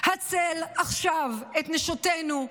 הצל עכשיו את נשותינו,